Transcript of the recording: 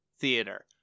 theater